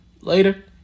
Later